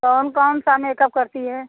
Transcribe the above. कौन कौनसा मेकअप करती हैं